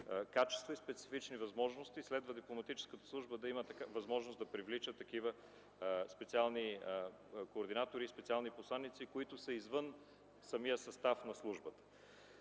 качества и специфични възможности. Следва дипломатическата служба да има възможност да привлича такива специални координатори и специални посланици, които са извън самия състав на службата.